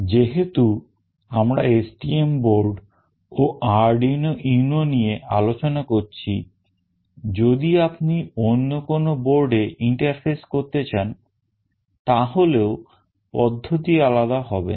যেহেতু আমরা STM board ও Arduino UNO নিয়ে আলোচনা করছি যদি আপনি অন্য কোন board এ interface করতে চান তাহলেও পদ্ধতি আলাদা হবে না